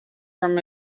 from